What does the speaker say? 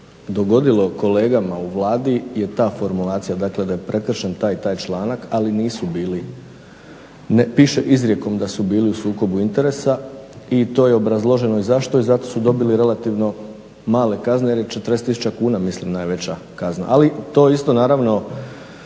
dogodilo kolegama u Vladi je ta formulacija, dakle da je prekršen taj i taj članak ali nisu bili, piše izrijekom da su bili u sukobu interesa i to je obrazloženo zašto i zato su dobili relativno male kazne jer je 40 tisuća kuna najveća kazna ali to isto naravno,